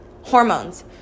hormones